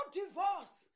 divorce